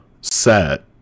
set